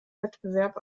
wettbewerb